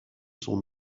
son